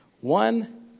One